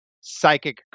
psychic